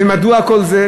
ומדוע כל זה?